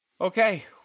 Okay